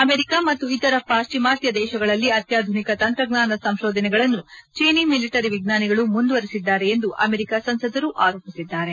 America ಮತ್ತು ಇತರ ಪಾಶ್ಚಿಮಾತ್ಯ ದೇಶಗಳಲ್ಲಿ ಅತ್ಯಾಧುನಿಕ ತಂತ್ರಜ್ಞಾನ ಸಂಶೋಧನೆಗಳನ್ನು ಚೇನಿ ಮಿಲಿಟರಿ ವಿಜ್ಞಾನಿಗಳು ಮುಂದುವರಿಸಿದ್ದಾರೆ ಎಂದು ಅಮೆರಿಕಾ ಸಂಸದರು ಆರೋಪಿಸಿದ್ದಾರೆ